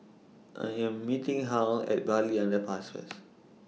I Am meeting Harl At Bartley Underpass First